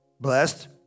blessed